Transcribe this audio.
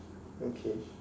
okay